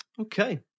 Okay